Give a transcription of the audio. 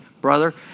Brother